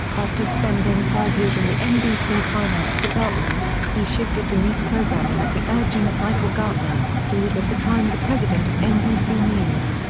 after spending five years in the nbc finance department, he shifted to news programming at the urging of michael gartner, who was at the time the president of nbc news.